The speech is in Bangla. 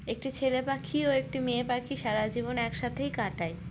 একটি ছেলে পাখি ও একটি মেয়ে পাখি সারা জীবন একসাথেই কাটায়